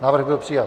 Návrh byl přijat.